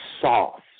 soft